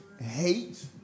hate